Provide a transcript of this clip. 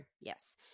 yes